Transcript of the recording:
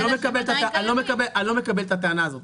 אני לא מקבל את הטענה הזאת.